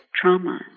trauma